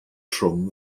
trwm